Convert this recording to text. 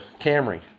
camry